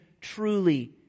truly